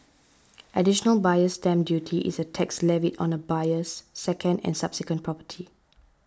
additional Buyer's Stamp Duty is a tax levied on a buyer's second and subsequent property